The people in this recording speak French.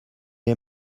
est